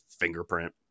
fingerprint